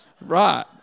right